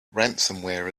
ransomware